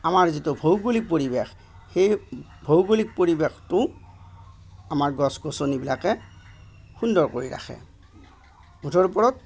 আমাৰ যিটো ভৌগলিক পৰিৱেশ সেই ভৌগলিক পৰিৱেশটো আমাৰ গছ গছনিবিলাকে সুন্দৰ কৰি ৰাখে মুঠৰ ওপৰত